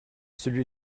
celui